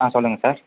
ஆ சொல்லுங்கள் சார்